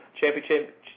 championship